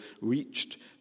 reached